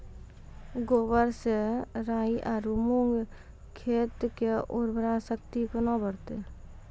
गोबर से राई आरु मूंग खेत के उर्वरा शक्ति केना बढते?